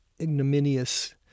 ignominious